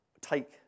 take